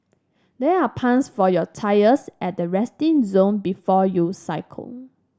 there are pumps for your tyres at the resting zone before you cycle